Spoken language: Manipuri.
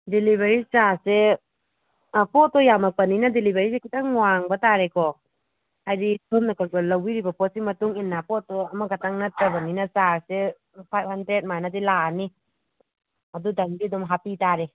ꯗꯤꯂꯤꯕꯔꯤ ꯆꯥꯔꯖꯁꯦ ꯄꯣꯠꯇꯣ ꯌꯥꯝꯃꯛꯄꯅꯤꯅ ꯗꯤꯂꯤꯕꯔꯤꯁꯦ ꯈꯤꯇꯪ ꯋꯥꯡꯕ ꯇꯥꯔꯦꯀꯣ ꯍꯥꯏꯗꯤ ꯁꯣꯝꯅ ꯀꯛꯄ ꯂꯧꯕꯤꯔꯤꯕ ꯄꯣꯠꯇꯨꯒꯤ ꯃꯇꯨꯡ ꯏꯟꯅ ꯄꯣꯠꯇꯣ ꯑꯃꯈꯛꯇꯪ ꯅꯠꯇꯕꯅꯤꯅ ꯆꯥꯔꯖꯁꯦ ꯐꯥꯏꯚ ꯍꯟꯗ꯭ꯔꯦꯗ ꯑꯗꯨꯃꯥꯏꯅ ꯂꯥꯛꯑꯅꯤ ꯑꯗꯨꯇꯪꯗꯤ ꯑꯗꯨꯝ ꯍꯥꯞꯄꯤ ꯇꯥꯔꯦ